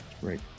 Great